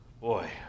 Boy